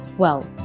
well,